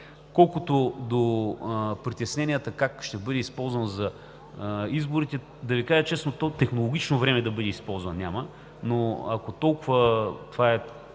Колкото до притесненията как ще бъде използван за изборите – да Ви кажа честно, няма технологично време да бъде използван, но ако толкова това е